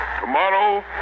Tomorrow